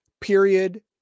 period